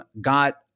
got